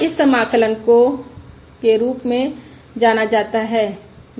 इस समाकलन को के रूप में जाना जाता है